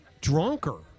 drunker